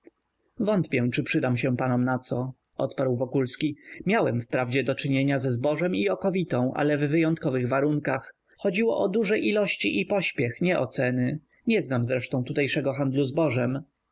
wątpię czy przydam się panom na co odparł wokulski miałem wprawdzie do czynienia ze zbożem i okowitą ale w wyjątkowych warunkach chodziło o duże ilości i pośpiech nie o ceny nie znam zresztą tutejszego handlu zbożem